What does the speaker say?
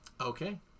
Okay